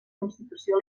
constitució